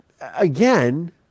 again